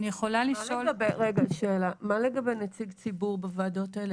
מה לגבי נציג ציבור בוועדות האלה?